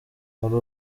hari